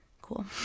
cool